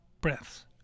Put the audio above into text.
breaths